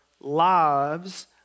lives